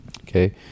Okay